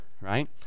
right